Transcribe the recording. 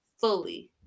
fully